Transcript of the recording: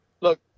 Look